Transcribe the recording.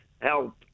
help